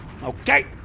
Okay